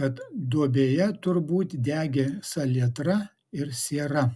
kad duobėje turbūt degė salietra ir siera